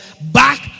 back